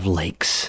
lakes